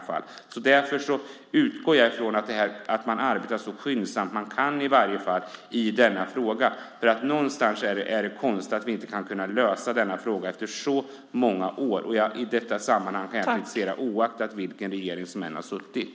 Därför utgår jag från att man arbetar så skyndsamt man kan i frågan. Någonstans är det konstigt att vi inte kan lösa frågan efter så många år. I detta sammanhang kan jag kritisera vilken regering som än har suttit.